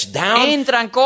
down